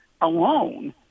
alone